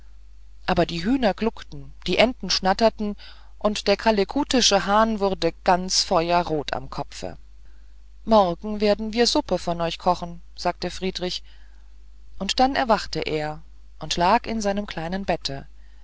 aber die hühner gluckten die enten schnatterten und der kalekutische hahn wurde ganz feuerrot am kopfe morgen werden wir suppe von euch kochen sagte friedrich und dann erwachte er und lag in seinem kleinen bette